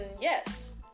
yes